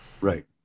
right